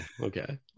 Okay